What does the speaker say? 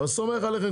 אבל אני סומך עליכם,